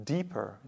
Deeper